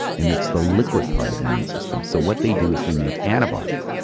and it's the liquid part of the immune system. so what they do is they make antibodies.